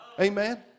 Amen